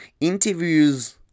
interviews